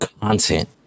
content